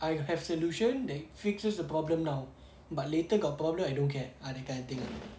I have solution that fixes the problem now but later got problem I don't care ah that kind of thing ah